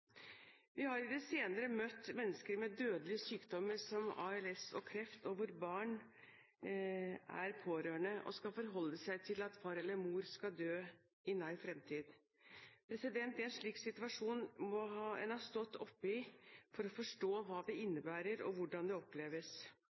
Vi har i den senere tid møtt mennesker med dødelige sykdommer som ALS og kreft, og hvor barn er pårørende og skal forholde seg til at far eller mor skal dø i nær fremtid. En slik situasjon må man ha stått oppe i for å forstå hva det